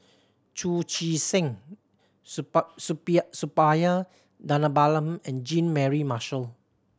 Chu Chee Seng Suppiah Dhanabalan and Jean Mary Marshall